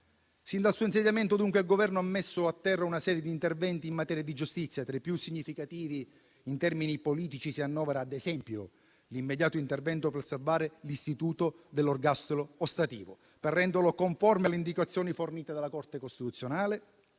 Sin dal suo insediamento, dunque, il Governo ha messo a terra una serie di interventi in materia di giustizia. Tra i più significativi in termini politici si annovera, ad esempio, l'immediato intervento per salvare l'istituto dell'ergastolo ostativo, per renderlo conforme alle indicazioni fornite dalla Corte costituzionale